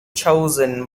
chosen